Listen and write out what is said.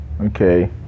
Okay